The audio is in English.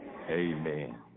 Amen